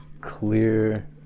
clear